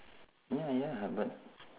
ya ya but